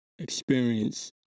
Experience